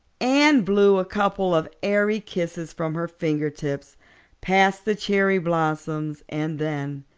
anne blew a couple of airy kisses from her fingertips past the cherry blossoms and then,